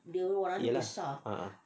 a'ah